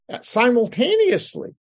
simultaneously